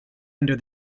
under